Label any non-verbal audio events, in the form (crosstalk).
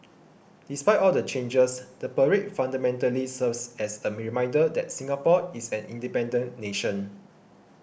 despite all the changes the parade fundamentally serves as a (noise) reminder that Singapore is an independent nation